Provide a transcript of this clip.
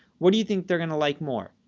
what do you think they're going to like more?